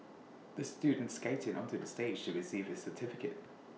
the student skated onto the stage to receive his certificate